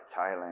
Thailand